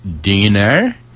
dinner